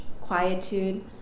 quietude